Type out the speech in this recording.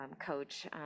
coach